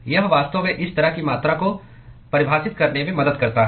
यह वास्तव में इस तरह की मात्रा को परिभाषित करने में मदद करता है